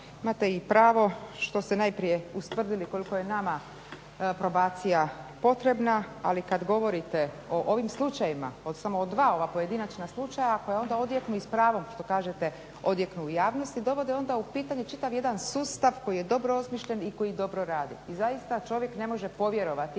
imate i pravo što ste najprije ustvrdili koliko je nama probacija potrebna, ali kad govorite o ovim slučajevima, samo o dva ova pojedinačna slučaja koja onda odjeknu i s pravom što kažete odjeknu u javnosti dovode onda u pitanje čitav jedan sustav koji je dobro osmišljen i koji dobro radi. I zaista čovjek ne može povjerovati